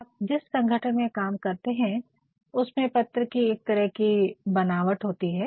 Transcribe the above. आप जिस संगठन में काम करते है उसमे पत्र की एक तरह की बनावट होती है